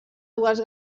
dues